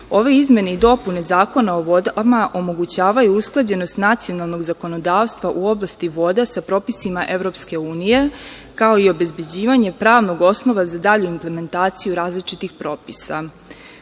Ove izmene i dopune Zakona o vodama omogućavaju usklađenost nacionalnog zakonodavstva u oblasti voda sa propisima EU, kao i obezbeđivanje pravnog osnova za dalju implementaciju različitih propisa. Srpska